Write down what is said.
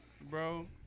Bro